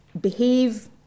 behave